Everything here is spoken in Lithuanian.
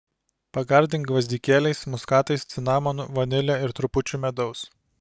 pagardink gvazdikėliais muskatais cinamonu vanile ir trupučiu medaus